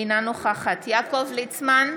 אינה נוכחת יעקב ליצמן,